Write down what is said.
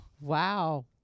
Wow